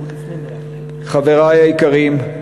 חברי היקרים,